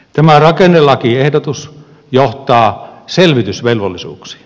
tämä rakennelakiehdotus johtaa selvitysvelvollisuuksiin